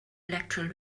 electoral